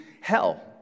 Hell